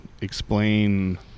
explain